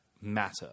matter